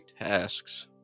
tasks